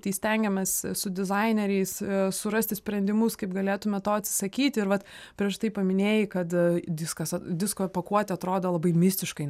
tai stengiamės su dizaineriais surasti sprendimus kaip galėtumėme to atsisakytiir vat prieš tai paminėjai kad diskas disko pakuotė atrodo labai mistiškai